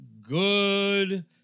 good